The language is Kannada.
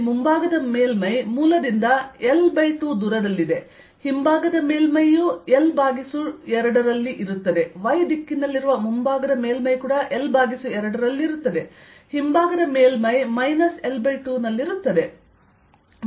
ಇಲ್ಲಿ ಮುಂಭಾಗದ ಮೇಲ್ಮೈ ಮೂಲದಿಂದ L2 ದೂರದಲ್ಲಿದೆ ಹಿಂಭಾಗದ ಮೇಲ್ಮೈಯೂ L2 ನಲ್ಲಿ ಇರುತ್ತದೆ y ದಿಕ್ಕಿನಲ್ಲಿರುವ ಮುಂಭಾಗದ ಮೇಲ್ಮೈ ಕೂಡ L2 ನಲ್ಲಿರುತ್ತದೆ ಹಿಂಭಾಗದ ಮೇಲ್ಮೈ ಮೈನಸ್ L2 ನಲ್ಲಿರುತ್ತದೆ